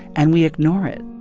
and we ignore it